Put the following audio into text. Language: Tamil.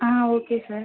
ah okay sir